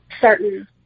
certain